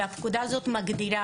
והפקודה הזאת מגדירה,